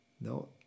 No